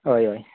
हय हय